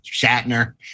Shatner